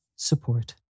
Support